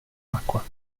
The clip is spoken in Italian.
acqua